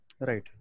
Right